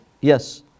Yes